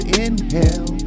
inhale